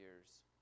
years